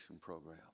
program